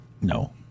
No